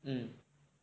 ya